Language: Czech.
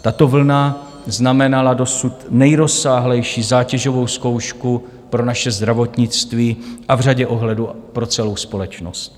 Tato vlna znamenala dosud nejrozsáhlejší zátěžovou zkoušku pro naše zdravotnictví a v řadě ohledů pro celou společnost.